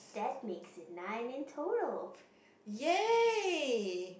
yay